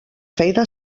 feina